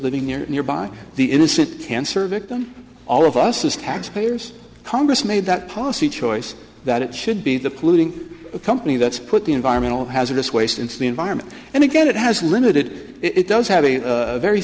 living near nearby the innocent cancer victim all of us as taxpayers congress made that policy choice that it should be the polluting company that's put the environmental hazardous waste into the environment and again it has limited it does have a very